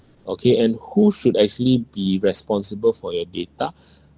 okay and who should actually be responsible for your data